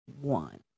one